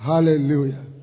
Hallelujah